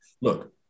look